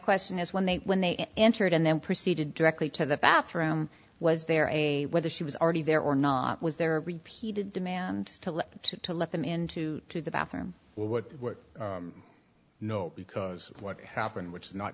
question is when they when they entered and then proceeded directly to the bathroom was there a whether she was already there or not was there repeated demands to let to let them into to the bathroom well what what no because what happened which is not